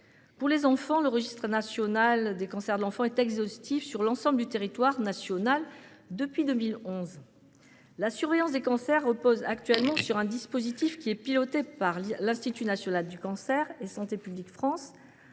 Pour les enfants, le registre national des cancers de l'enfant est exhaustif sur l'ensemble du territoire national depuis 2011. La surveillance des cancers repose actuellement sur un dispositif qui est piloté par l'Institut national du cancer et Santé publique France,